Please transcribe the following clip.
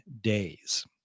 days